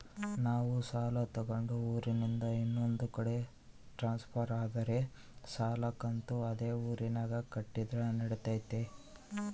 ನಾವು ಸಾಲ ತಗೊಂಡು ಊರಿಂದ ಇನ್ನೊಂದು ಕಡೆ ಟ್ರಾನ್ಸ್ಫರ್ ಆದರೆ ಸಾಲ ಕಂತು ಅದೇ ಊರಿನಾಗ ಕಟ್ಟಿದ್ರ ನಡಿತೈತಿ?